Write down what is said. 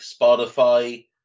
Spotify